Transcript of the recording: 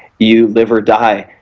you live or die,